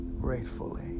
gratefully